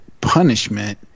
punishment